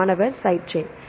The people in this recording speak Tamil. மாணவர் சைடு செயின்